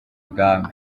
bwami